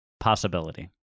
possibility